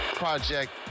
project